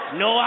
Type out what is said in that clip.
no